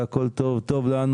טוב לנו,